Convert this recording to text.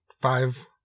five